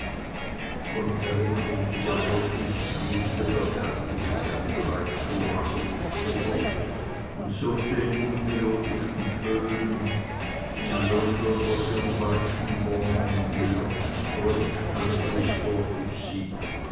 von erinnerung überwältigt wiegte der bärtige seine breit vorragende stirn und summte in unmelodischen tönen in london